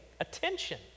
attention